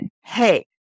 Hey